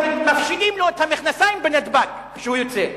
מפשילים לו את המכנסיים כשהוא יוצא בנתב"ג.